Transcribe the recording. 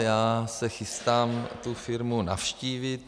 Já se chystám tu firmu navštívit.